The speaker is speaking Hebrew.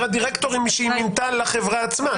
הדירקטורים שהיא מינתה לחברה עצמה.